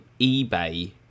eBay